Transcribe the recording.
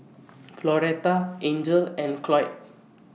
Floretta Angel and Cloyd